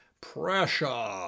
pressure